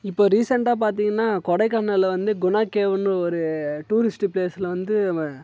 இப்போ ரீசண்ட்டாக பார்த்திங்கன்னா கொடைக்கானலில் வந்து குணா கேவுன்னு ஒரு டூரிஸ்ட்டு ப்ளேஸில் வந்து நம்ம